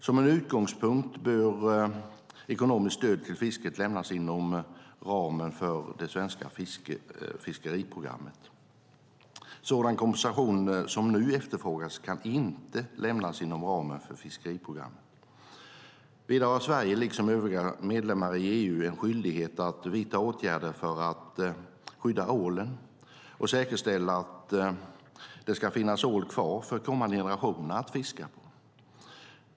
Som en utgångspunkt bör ekonomiskt stöd till fisket lämnas inom ramen för det svenska fiskeriprogrammet. Sådan kompensation som nu efterfrågas kan inte lämnas inom ramen för fiskeriprogrammet. Vidare har Sverige, liksom övriga medlemmar i EU, en skyldighet att vidta åtgärder för att skydda ålen och säkerställa att det ska finnas ål kvar för kommande generationer att fiska på.